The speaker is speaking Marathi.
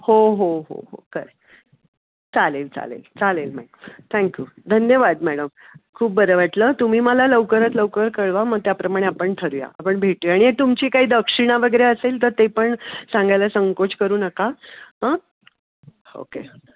हो हो हो हो खरं आहे चालेल चालेल चालेल मॅम थँक्यू धन्यवाद मॅडम खूप बरं वाटलं तुम्ही मला लवकरात लवकर कळवा मग त्याप्रमाणे आपण ठरवूया आपण भेटूया आणि तुमची काही दक्षिणा वगैरे असेल तर ते पण सांगायला संकोच करू नका हां ओके